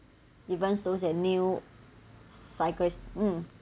even those that new cyclist mm